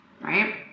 right